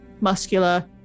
muscular